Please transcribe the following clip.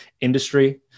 industry